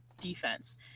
defense